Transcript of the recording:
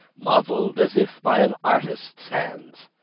modeled as if by an artist's hands.